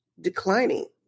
declining